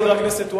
חבר הכנסת והבה,